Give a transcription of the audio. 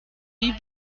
wie